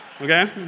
Okay